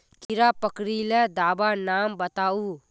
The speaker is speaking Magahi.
कीड़ा पकरिले दाबा नाम बाताउ?